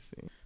see